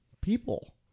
people